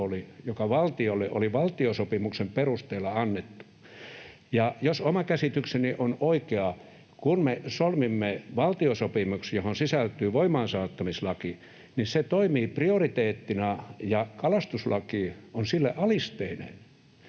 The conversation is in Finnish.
joka valtiolle oli valtiosopimuksen perusteella annettu. Jos oma käsitykseni on oikea, niin kun me solmimme valtiosopimuksen, johon sisältyy voimaansaattamislaki, se toimii prioriteettina ja kalastuslaki on sille alisteinen.